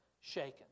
shaken